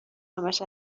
همش